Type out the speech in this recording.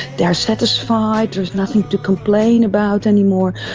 they are satisfied, there is nothing to complain about anymore.